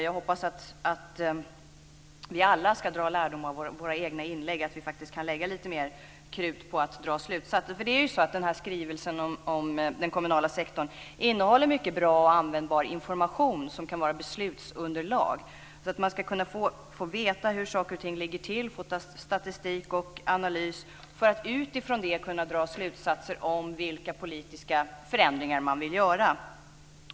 Jag hoppas att vi alla ska dra lärdom av våra egna inlägg, att vi faktiskt kan lägga lite mera krut på att dra slutsatser. Skrivelsen om den kommunala sektorn innehåller mycket bra och användbar information som kan vara beslutsunderlag. Man ska kunna få veta hur saker och ting ligger till, få statistik och analys för att utifrån det dra slutsatser om vilka politiska förändringar man vill göra.